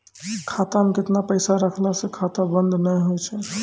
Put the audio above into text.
खाता मे केतना पैसा रखला से खाता बंद नैय होय तै?